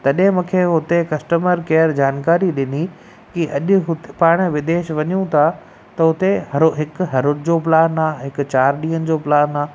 तॾहिं मूंखे हुते कस्टमर केयर जानकारी ॾिनी की अॼु हुत पाण विदेश वञूं था त हुते हरो हिकु हर रोज़ जो प्लान आहे हिकु चारि ॾींहनि जो प्लान आहे